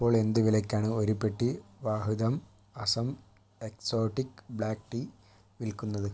ഇപ്പോളെന്ത് വിലയ്ക്കാണ് ഒരു പെട്ടി Vahdam Assam exotic black tea വിൽക്കുന്നത്